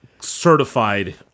certified